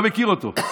אני לא מכיר אותו,